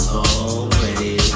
already